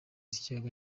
ikigega